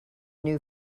new